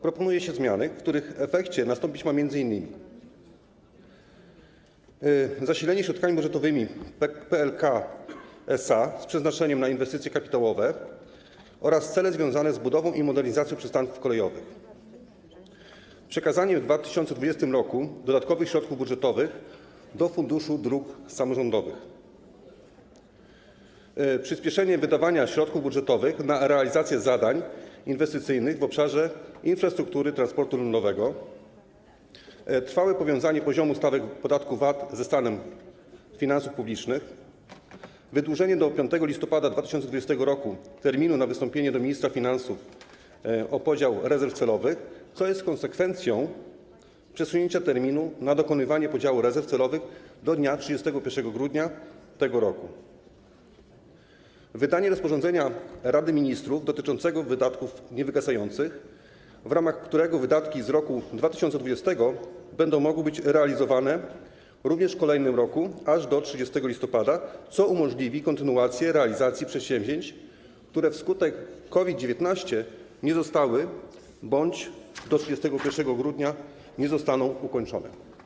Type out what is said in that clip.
Proponuje się zmiany, w których efekcie nastąpić ma m.in. zasilenie środkami budżetowymi PLK SA z przeznaczeniem na inwestycje kapitałowe oraz cele związane z budową i modernizacją przystanków kolejowych; przekazanie w 2020 r. dodatkowych środków budżetowych do Funduszu Dróg Samorządowych; przyspieszenie wydawania środków budżetowych na realizację zadań inwestycyjnych w obszarze infrastruktury transportu lądowego; trwałe powiązanie poziomu stawek podatku VAT ze stanem finansów publicznych; wydłużenie do 5 listopada 2020 r. terminu na wystąpienie do ministra finansów o podział rezerw celowych, co jest konsekwencją przesunięcia terminu na dokonywanie podziału rezerw celowych do dnia 31 grudnia tego roku; wydanie rozporządzenia Rady Ministrów dotyczącego wydatków niewygasających, w ramach którego wydatki z roku 2020 będą mogły być realizowane również w kolejnym roku, aż do 30 listopada, co umożliwi kontynuację realizacji przedsięwzięć, które wskutek COVID-19 nie zostały bądź do 31 grudnia nie zostaną ukończone.